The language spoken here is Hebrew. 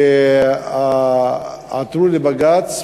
ועתרו לבג"ץ.